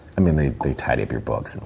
i mean they they tidy up your books.